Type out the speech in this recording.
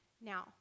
Now